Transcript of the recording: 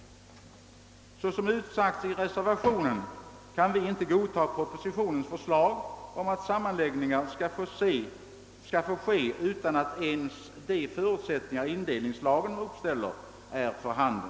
Såsom utsagts i reservationen kan vi inte godta propositionens förslag om att sammanläggningar skall få ske utan att ens de förutsättningar som indelningslagen uppställer är för handen.